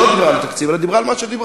שלא דיברה על התקציב אלא דיברה על מה שדיברה.